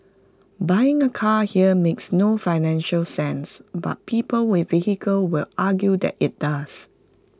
buying A car here makes no financial sense but people with vehicles will argue that IT does